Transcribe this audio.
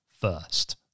first